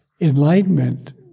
enlightenment